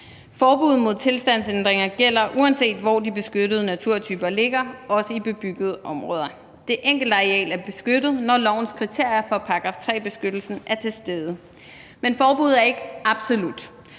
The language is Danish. Forbuddet mod tilstandsændringer gælder, uanset hvor de beskyttede naturtyper ligger, også i bebyggede områder. Det enkelte areal er beskyttet, når lovens kriterier for § 3-beskyttelsen er til stede. Men forbuddet er ikke absolut.